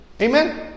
Amen